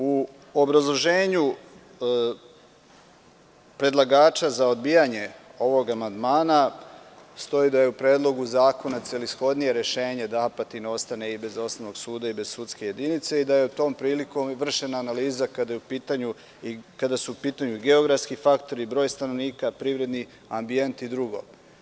U obrazloženju predlagača za odbijanje ovog amandmana stoji da je u Predlogu zakona celishodnije rešenje da Apatin ostane i bez osnovnog suda i bez sudske jedinice, i da je tom prilikom vršena analiza kada su u pitanju geografski faktori, broj stanovnika, privredni ambijent i drugo.